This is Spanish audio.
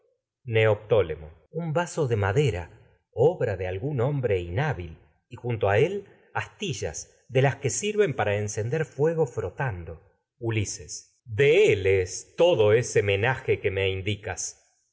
neoptólemo hombre un vaso de madera obra de las de algún sirven inhábil y junto a él astillas que para encender fuego frotando ulises de él es todo ese menaje que me indicas